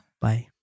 Bye